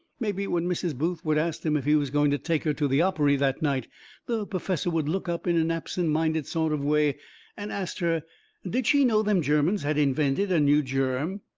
mebby when mrs. booth would ast him if he was going to take her to the opery that night the perfessor would look up in an absent-minded sort of way and ast her did she know them germans had invented a new germ?